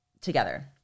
together